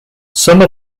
some